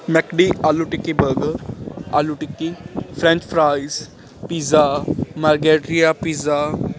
McD aloo tikki ਬਗ aloo tikki French fries pizza margherita pizza